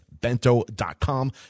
bento.com